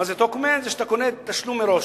עם "טוקמן" אתה קונה תשלום מראש.